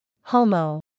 Homo